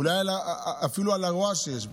אולי אפילו על הרוע שיש בו.